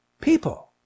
People